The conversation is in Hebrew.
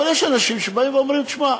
אבל יש אנשים שבאים ואומרים: שמע,